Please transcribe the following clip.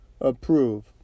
approve